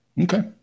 Okay